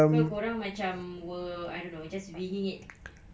ke kau orang macam were I don't know just winging it